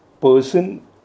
person